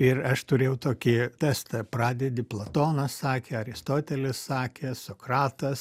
ir aš turėjau tokį testą pradedi platonas sakė aristotelis sakė sokratas